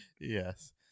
Yes